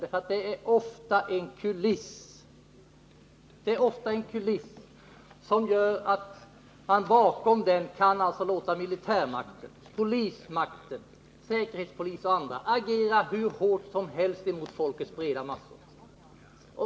Dessa framsteg är ofta en kuliss, och bakom den kan militärmakten, polismakten, säkerhetspolisen och andra agera hur hårt som helst mot folkets breda massor.